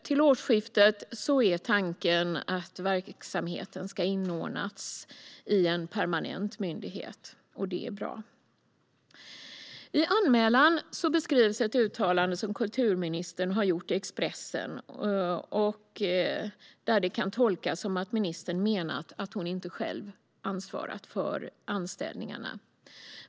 Till årsskiftet är tanken att verksamheten ska inordnas i en permanent myndighet. Det är bra. I anmälan beskrivs ett uttalande som kulturministern har gjort i Expressen där det kan tolkas som att ministern har menat att hon inte själv har ansvarat för anställningarna.